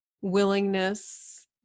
willingness